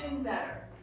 better